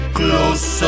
close